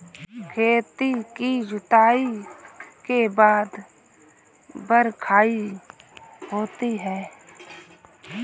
खेती की जुताई के बाद बख्राई होती हैं?